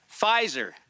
Pfizer